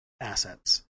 assets